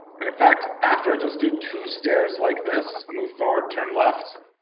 and in fact, after i just do two stairs like this, move forward, turn left.